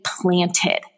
planted